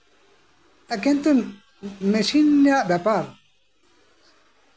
ᱮᱠᱮᱱ ᱛᱳ ᱢᱮᱥᱤᱱ ᱨᱮᱱᱟᱜ ᱵᱮᱯᱟᱨ